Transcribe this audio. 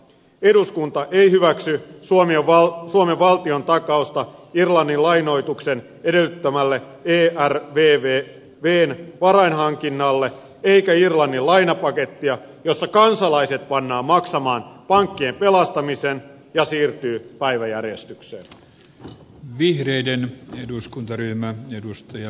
eduskunta ei hyväksy suomen valtiontakausta irlannin lainoituksen edellyttämälle ervvn varainhankinnalle eikä irlannin lainapakettia jossa kansalaiset pannaan maksamaan pankkien pelastaminen ja siirtyy päiväjärjestykseen